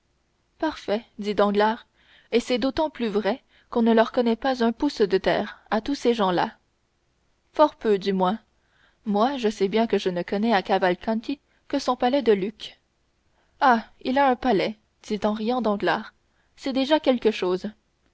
parfait dit danglars et c'est d'autant plus vrai qu'on ne leur connaît pas un pouce de terre à tous ces gens-là fort peu du moins moi je sais bien que je ne connais à cavalcanti que son palais de lucques ah il a un palais dit en riant danglars c'est déjà quelque chose